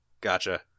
gotcha